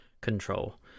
control